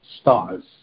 stars